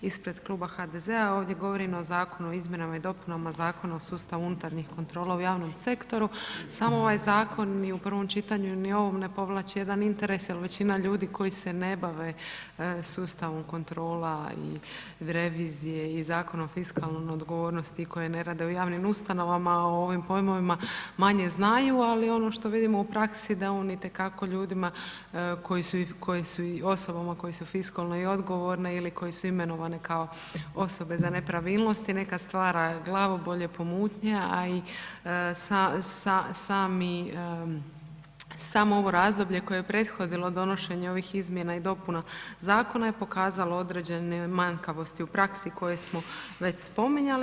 Ispred kluba HDZ-a ovdje govorim o zakonu o izmjenama i dopunama Zakona o sustavu unutarnjih kontrola u javnom sektoru, samo ovaj zakon ni u prvom čitanju ni u ovom ne povlači jedan interes jer većina ljudi koji se ne bave sustavom kontrola i revizije i Zakona o fiskalnoj odgovornosti, koji ne rade u javnim ustanovama, o ovim pojmovima manje znaju ali ono što vidimo u praksi da on itekako ljudima koji su i osobama koje su i fiskalno i odgovorne ili koje su imenovane kao osobe za nepravilnosti, nekad stvara glavobolje, pomutnje a i samo ovo razdoblje koje prethodilo donošenju ovih izmjena i dopuna zakona je pokazalo određene manjkavosti u praksi koje smo već spominjali.